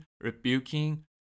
rebuking